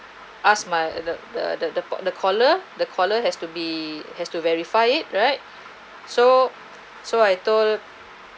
ask my the the the the the caller the caller has to be has to verify it right so so I told